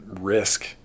risk